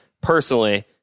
personally